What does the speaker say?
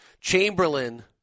Chamberlain